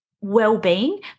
well-being